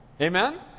Amen